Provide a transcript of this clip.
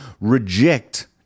reject